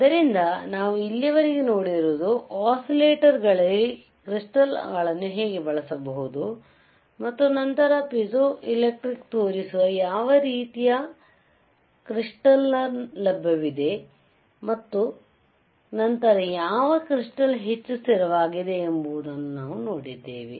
ಆದ್ದರಿಂದ ನಾವು ಇಲ್ಲಿಯವರೆಗೆ ನೋಡಿರುವುದು ಒಸಿಲೇಟಾರ್ಗಳಲ್ಲಿ ಕ್ರಿಸ್ಟಾಲ್ ಗಳನ್ನು ಹೇಗೆ ಬಳಸಬಹುದು ಮತ್ತು ನಂತರ ಪಿಜೋಎಲೆಕ್ಟ್ರಿಕ್ ತೋರಿಸುವ ಯಾವ ರೀತಿಯ ಕ್ರಿಸ್ಟಾಲ್ ಲಭ್ಯವಿದೆ ಮತ್ತು ನಂತರ ಯಾವ ಕ್ರಿಸ್ಟಾಲ್ ಹೆಚ್ಚು ಸ್ಥಿರವಾಗಿದೆ ಎಂಬುದನ್ನು ನಾವು ನೋಡಿದ್ದೇವೆ